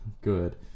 Good